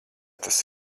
tas